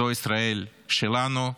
זו ישראל שלנו.